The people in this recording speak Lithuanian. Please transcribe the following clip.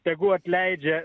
tegu atleidžia